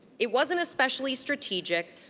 it wasn't especially strategic.